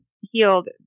healed